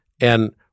And-